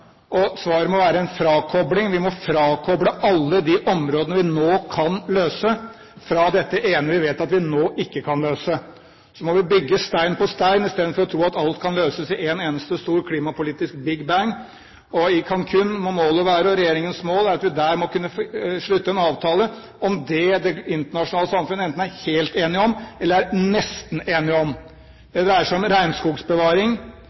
og svaret må være en frakobling. Vi må frakoble alle de områdene vi nå kan løse, fra dette ene vi vet at vi nå ikke kan løse. Så må vi bygge stein på stein, istedenfor å tro at alt kan løses i et eneste stor klimapolitisk big bang. I Cancun må målet være – og regjeringens mål er – at vi der må kunne slutte en avtale om det det internasjonale samfunn enten er helt enige om eller er nesten enige om.